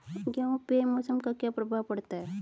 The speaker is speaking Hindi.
गेहूँ पे मौसम का क्या प्रभाव पड़ता है?